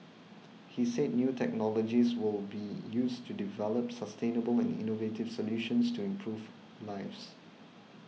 he said new technologies will be used to develop sustainable and innovative solutions to improve lives